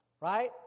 Right